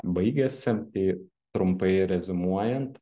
baigėsi tai trumpai reziumuojant